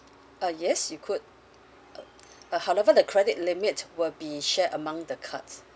uh yes you could uh uh however the credit limit will be shared among the cards